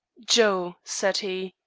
joe, said he,